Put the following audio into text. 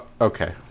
Okay